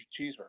cheeseburger